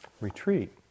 retreat